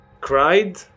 cried